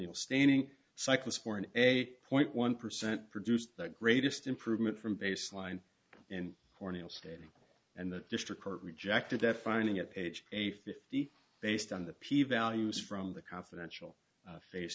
eal stanning cycles for an eight point one percent produced the greatest improvement from baseline and cornell stating and the district court rejected that finding at page a fifty based on the p values from the confidential face